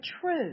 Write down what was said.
true